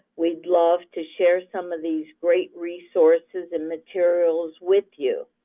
we'd love to share some of these great resources and materials with you.